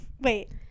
Wait